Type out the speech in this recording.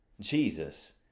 Jesus